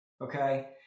Okay